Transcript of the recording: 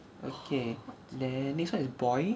okay then next one is boy